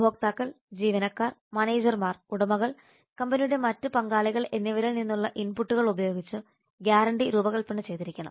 ഉപഭോക്താക്കൾ ജീവനക്കാർ മാനേജർമാർ ഉടമകൾ കമ്പനിയുടെ മറ്റ് പങ്കാളികൾ എന്നിവരിൽ നിന്നുള്ള ഇൻപുട്ടുകൾ ഉപയോഗിച്ച് ഗ്യാരണ്ടി രൂപകൽപ്പന ചെയ്തിരിക്കണം